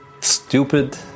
stupid